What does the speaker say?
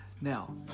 Now